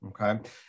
Okay